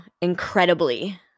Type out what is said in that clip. incredibly